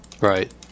Right